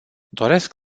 doresc